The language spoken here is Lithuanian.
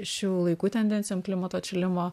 šių laikų tendencijom klimato atšilimo